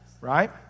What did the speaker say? Right